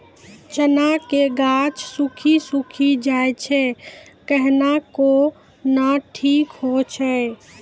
चना के गाछ सुखी सुखी जाए छै कहना को ना ठीक हो छै?